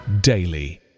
daily